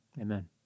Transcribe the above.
Amen